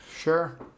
Sure